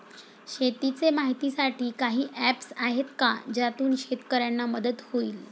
शेतीचे माहितीसाठी काही ऍप्स आहेत का ज्यातून शेतकऱ्यांना मदत होईल?